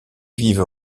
vive